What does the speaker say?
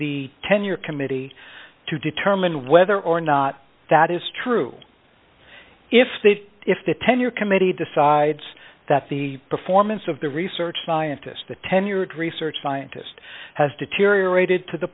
the tenure committee to determine whether or not that is true if they if the tenure committee decides that the performance of the research scientist a tenured research scientist has deteriorated to the